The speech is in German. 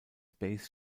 space